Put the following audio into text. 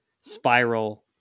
spiral